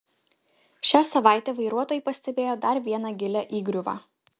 šią savaitę vairuotojai pastebėjo dar vieną gilią įgriuvą